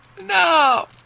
no